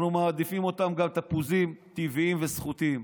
אנחנו מעדיפים אותם גם תפוזים טבעיים וסחוטים.